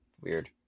Weird